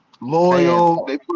loyal